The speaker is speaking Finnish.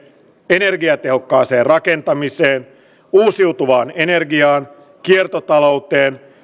energiatehokkaaseen rakentamiseen uusiutuvaan energiaan kiertotalouteen